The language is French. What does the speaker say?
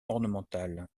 ornemental